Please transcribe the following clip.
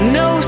no